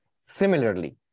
Similarly